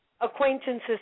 acquaintances